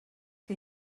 que